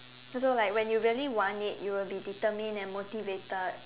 also like when you really want it you will be determined and motivated